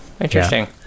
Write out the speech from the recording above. Interesting